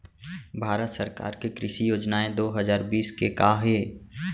भारत सरकार के कृषि योजनाएं दो हजार बीस के का हे?